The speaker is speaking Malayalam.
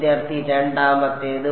വിദ്യാർത്ഥി രണ്ടാമത്തേത്